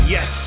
Yes